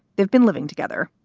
they've been living together.